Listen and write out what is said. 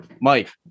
Mike